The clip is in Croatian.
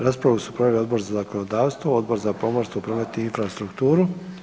Raspravu su proveli Odbor za zakonodavstvo, Odbor za pomorstvo, promet i infrastrukturu.